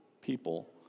people